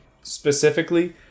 specifically